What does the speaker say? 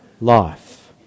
life